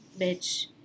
bitch